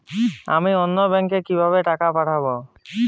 আমি অন্য ব্যাংকে কিভাবে টাকা পাঠাব?